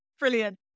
brilliant